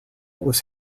was